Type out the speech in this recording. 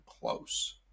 close